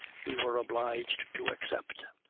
we were obliged to accept.